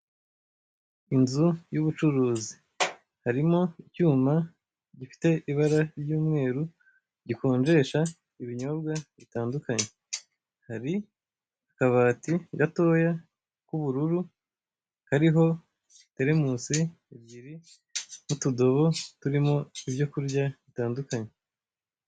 Inzu y'ubucuruzi. JHarimo icyuma gifite ibara ry'umweru gikonjesha ibinyobwa bitandukanye, hari akabati gatoya k'ubururu kariho iteremusi ebyiri n'utudobo turimo ibyo kurya bitandukanye.